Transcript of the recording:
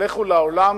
לכו לעולם,